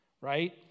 right